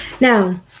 now